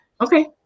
Okay